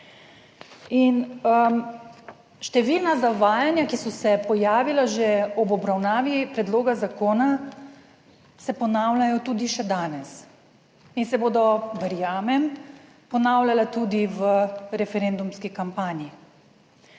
številna zavajanja, ki so se pojavila že ob obravnavi predloga zakona se ponavljajo tudi še danes in se bodo, verjamem, ponavljala tudi v referendumski kampanji.